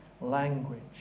language